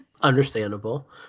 Understandable